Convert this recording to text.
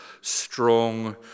strong